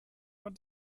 what